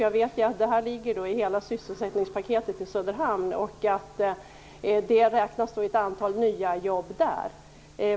Jag vet att förslaget finns med i sysselsättningspaketet för Söderhamn. Man räknar med ett antal nya jobb där.